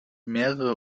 mehrere